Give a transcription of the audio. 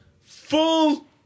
full